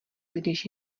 když